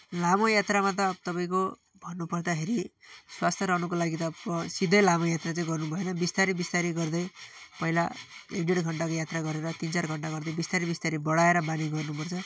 लामो यात्रामा त तपाईँको भन्नु पर्दाखेरि स्वस्थ रहनुको लागि त सिधै लामो यात्रा चाहिँ गर्नु भएन बिस्तारी बिस्तारी गर्दै पहिला एक ढेड घन्टाको यात्रा गरेर तिन चार घन्टा गर्दै बिस्तारी बिस्तारी बडाएर बानी गर्नु पर्छ